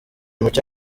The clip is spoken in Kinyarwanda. mucyo